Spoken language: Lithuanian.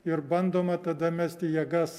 ir bandoma tada mesti jėgas